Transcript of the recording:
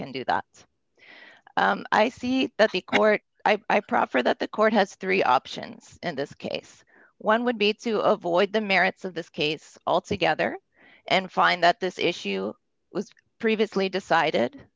can do that i see that the court i proffer that the court has three options in this case one would be to avoid the merits of this case altogether and find that this issue was previously